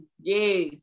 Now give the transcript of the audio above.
yes